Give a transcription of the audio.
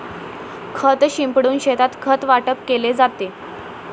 खत शिंपडून शेतात खत वाटप केले जाते